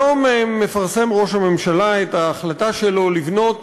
היום מפרסם ראש הממשלה את ההחלטה שלו לבנות